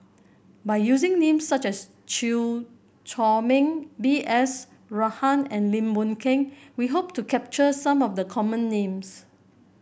by using names such as Chew Chor Meng B S Rajhan and Lim Boon Keng we hope to capture some of the common names